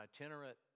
itinerant